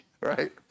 right